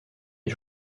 les